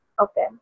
Okay